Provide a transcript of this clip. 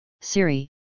Siri